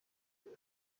uyu